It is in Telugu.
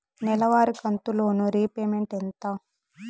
నెలవారి కంతు లోను రీపేమెంట్ ఎంత?